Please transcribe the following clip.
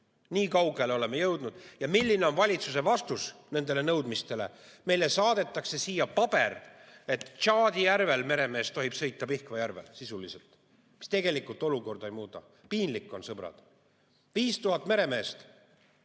Niikaugele oleme jõudnud. Ja milline on valitsuse vastus nendele nõudmistele? Meile saadetakse siia paber, et Tšaadi järve meremees tohib sõita Pihkva järvel, sisuliselt. See tegelikult olukorda ei muuda. Piinlik on, sõbrad!